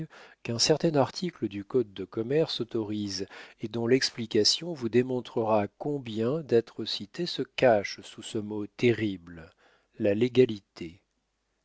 qu'un certain article du code de commerce autorise et dont l'explication vous démontrera combien d'atrocités se cachent sous ce mot terrible la légalité